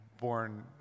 born